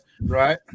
Right